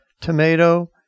tomato